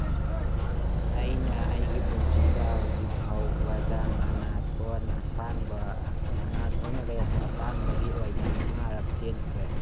ꯑꯩꯅ ꯑꯩꯒꯤ ꯄꯨꯟꯁꯤꯗ ꯍꯧꯖꯤꯛ ꯐꯥꯎꯕꯗ ꯃꯔꯥꯊꯣꯟ ꯑꯁꯥꯡꯕ ꯃꯔꯥꯊꯣꯟ ꯔꯦꯁ ꯑꯁꯥꯡꯕꯒꯤ ꯑꯣꯏꯅ ꯃꯉꯥꯔꯛ ꯆꯦꯟꯈ꯭ꯔꯦ